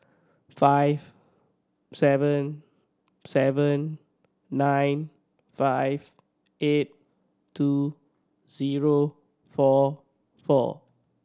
five seven seven nine five eight two zero four four